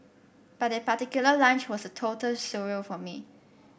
but that particular lunch was a total surreal for me